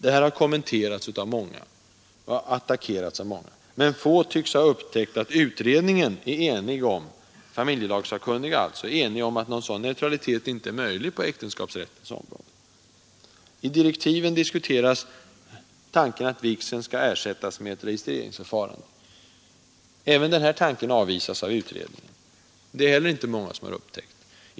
Detta har kommenterats och attackerats av många, men få tycks ha upptäckt att utredningen — dvs. familjelagssakkunniga — är enig om att någon sådan neutralitet inte är möjlig på äktenskapsrättens område. I direktiven diskuteras tanken att vigseln skall ersättas med ett registreringsförfarande. Även denna tanke avvisas av utredningen. Inte heller det har upptäckts av många.